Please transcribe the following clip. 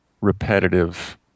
repetitive